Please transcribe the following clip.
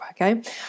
okay